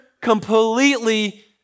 completely